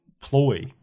Ploy